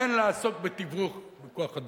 אין לעסוק בתיווך בכוח-אדם,